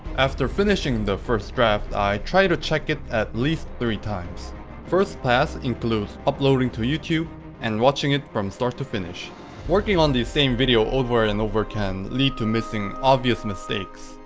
after finishing the first draft i try to check it at least three times first pass includes uploading to youtube and watching it from start to finish working on the same video over and over can lead to missing obvious mistakes.